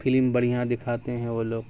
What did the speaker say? film بڑھیاں دکھاتے ہیں وہ لوگ